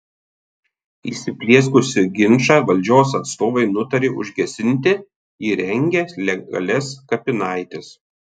įsiplieskusį ginčą valdžios atstovai nutarė užgesinti įrengę legalias kapinaites